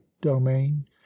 domain